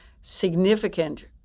significant